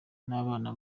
n’abana